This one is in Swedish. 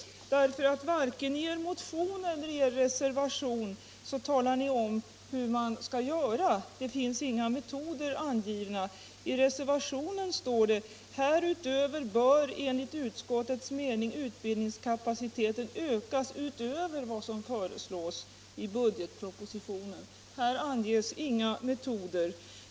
Varken i er motion eller i er reservation talar ni om hur man skall göra. Inga metoder finns angivna. I reservationen 1 står det: ”Härutöver bör enligt utskottets mening utbildningskapaciteten ökas utöver vad som föreslås i budgetpropositionen.” Här anges inga metoder.